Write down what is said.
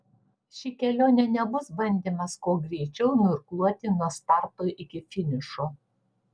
ši kelionė nebus bandymas kuo greičiau nuirkluoti nuo starto iki finišo